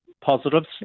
positives